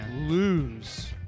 lose